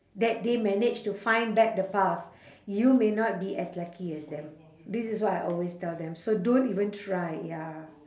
that they managed to find back the path you may not be as lucky as them this is what I always tell them so don't even try ya